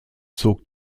zog